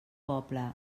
poble